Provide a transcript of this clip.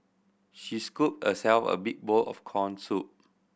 she scooped herself a big bowl of corn soup